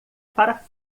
para